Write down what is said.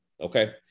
Okay